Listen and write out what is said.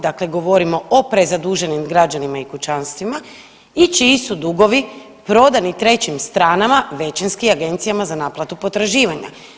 Dakle, govorimo o prezaduženim građanima i kućanstvima i čiji su dugovi prodani trećim stranama većinskim Agencijama za naplatu potraživanja.